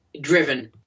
driven